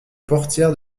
portières